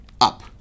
up